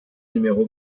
numéro